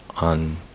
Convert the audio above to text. on